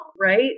right